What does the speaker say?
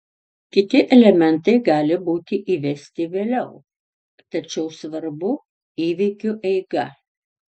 kiti elementai gali būti įvesti vėliau tačiau svarbu įvykių eiga